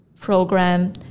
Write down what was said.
program